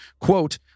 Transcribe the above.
quote